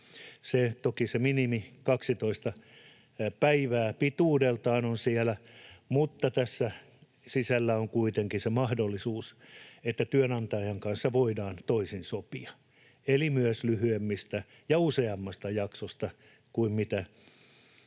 minimi, 12 päivää pituudeltaan, on siellä, mutta tässä sisällä on kuitenkin se mahdollisuus, että työnantajan kanssa voidaan toisin sopia, siis myös lyhyemmistä ja useammasta jaksosta kuin tämä